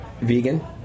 vegan